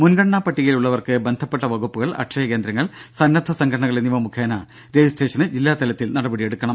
മുൻഗണനാ പട്ടികയിൽ ഉള്ളവർക്ക് ബന്ധപ്പെട്ട വകുപ്പുകൾ അക്ഷയ കേന്ദ്രങ്ങൾ സന്നദ്ധ സംഘടനകൾ എന്നിവ മുഖേന രജിസ്ട്രേഷന് ജില്ലാതലത്തിൽ നടപടിയെടുക്കണം